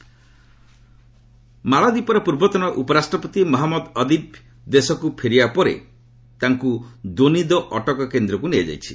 ମାଳଦ୍ୱୀପ୍ସ୍ ମାଳଦ୍ୱୀପର ପୂର୍ବତନ ଉପରାଷ୍ଟ୍ରପତି ମହଞ୍ଜଦ ଅଦିବ୍ ଦେଶକୃ ଫେରିବା ପରେ ତାଙ୍କୁ ଦୋନିଦୋ ଅଟକ କେନ୍ଦ୍ରକୁ ନିଆଯାଇଛି